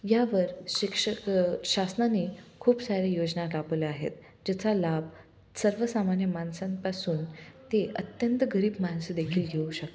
यावर शिक्षक शासनाने खूप साऱ्या योजना राबवल्या आहेत ज्याचा लाभ सर्वसामान्य माणसांपासून ते अत्यंत गरीब माणसं देेखील घेऊ शकतात